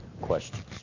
questions